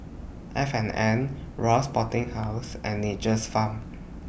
F and N Royal Sporting House and Nature's Farm